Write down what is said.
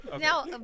Now